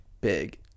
big